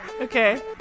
Okay